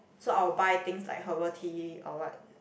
so I will buy things like herbal tea or what